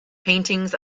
paintings